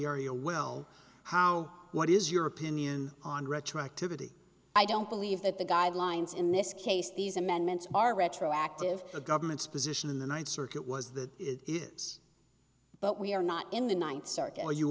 area well what is your opinion on retroactivity i don't believe that the guidelines in this case these amendments are retroactive the government's position in the ninth circuit was that it is but we are not in the ninth